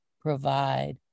provide